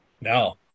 No